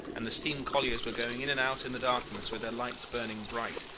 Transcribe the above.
and the steam colliers were going in and out in the darkness with their lights burning bright,